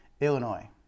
Illinois